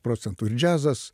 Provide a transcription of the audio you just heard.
procentų ir džiazas